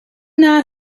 not